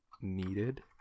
needed